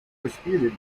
disputed